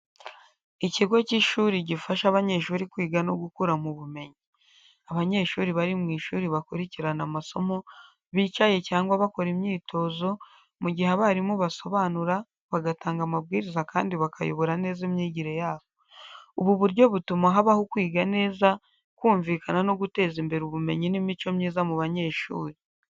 Ikigo cy’ishuri gifasha abanyeshuri kwiga no gukura mu bumenyi. Abanyeshuri bari mu ishuri bakurikirana amasomo, bicaye cyangwa bakora imyitozo, mu gihe abarimu basobanura, bagatanga amabwiriza kandi bakayobora neza imyigire yabo. Ubu buryo butuma habaho kwiga neza, kumvikana no guteza imbere ubumenyi n’imico myiza mu banyeshuri.